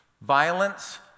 Violence